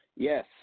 Yes